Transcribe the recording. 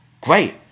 great